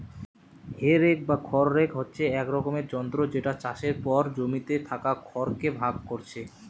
হে rake বা খড় rake হচ্ছে এক রকমের যন্ত্র যেটা চাষের পর জমিতে থাকা খড় কে ভাগ কোরছে